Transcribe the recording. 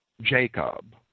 Jacob